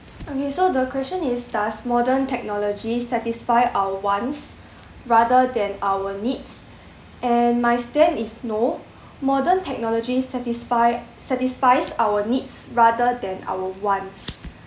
okay so the question is does modern technology satisfy our wants rather than our needs and my stand is no modern technology satisfy satisfies our needs rather than our wants